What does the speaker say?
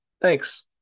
Thanks